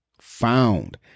found